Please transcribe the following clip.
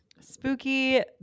spooky